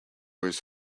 his